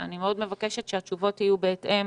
אני מאוד מבקשת שהתשובות יהיו בהתאם